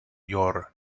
your